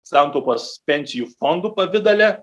santaupas pensijų fondų pavidale